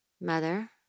mother